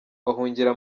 bahungira